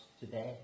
today